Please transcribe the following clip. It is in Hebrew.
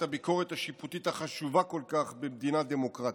הביקורת השיפוטית החשובה כל כך במדינה דמוקרטית.